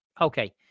Okay